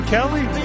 Kelly